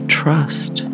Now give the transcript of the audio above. trust